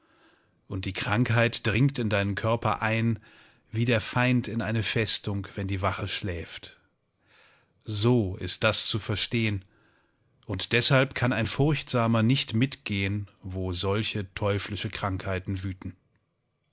und die krankheit dringt in deinen körper ein wie der feind in eine festung wenn die wache schläft so ist das zu verstehen und deshalb kann ein furchtsamer nicht mitgehen wo solche teuflische krankheiten wüten